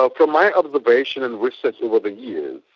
ah from my observation and research over the years,